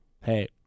hey